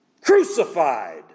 crucified